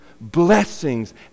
blessings